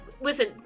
Listen